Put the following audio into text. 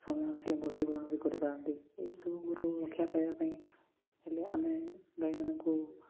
ସମୟ ଆସିଲେ ମୃତ୍ୟୁବରଣ ବି କରିପାରନ୍ତି ଏହିସବୁରୁ ରକ୍ଷା ପାଇବା ପାଇଁ ହେଲେ ଆମେ ଗାଈମାନଙ୍କୁ